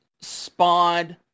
spawned